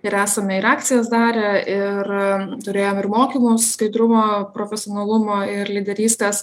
ir esame ir akcijas darę ir turėjom ir mokymus skaidrumo profesionalumo ir lyderystės